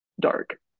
dark